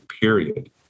period